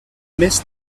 més